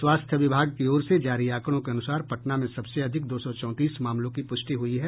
स्वास्थ्य विभाग की ओर से जारी आंकड़ों के अनुसार पटना में सबसे अधिक दो सौ चौंतीस मामलों की पुष्टि हुई है